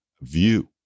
view